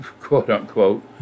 ...quote-unquote